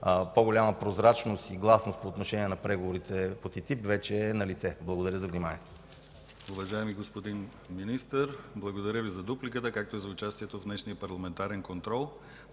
по-голяма прозрачност и гласност по отношение на преговорите по ТТИП вече е налице. Благодаря за вниманието.